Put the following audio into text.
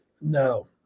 No